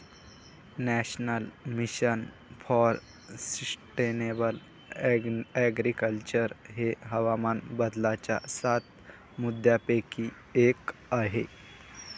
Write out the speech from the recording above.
national mission for sustainable agriculture हे हवामान बदलाच्या सात मुद्यांपैकी एक आहे